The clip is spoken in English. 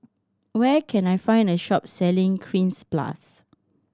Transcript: where can I find a shop selling Cleanz Plus